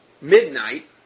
midnight